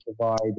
provide